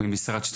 ביחד ממשרד אחד,